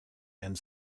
and